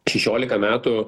šešiolika metų